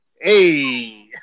Hey